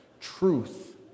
truth